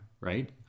Right